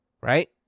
right